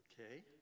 okay